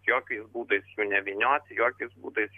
jokiais būdais nevynioti jokiais būdais